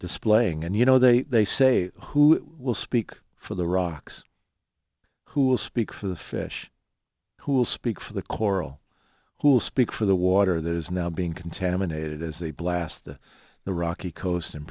displaying and you know they they say who will speak for the rocks who will speak for the fish who will speak for the coral who will speak for the water that is now being contaminated as they blast the the rocky coast and